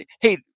Hey